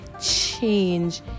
change